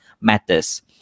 matters